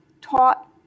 taught